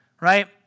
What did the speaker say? right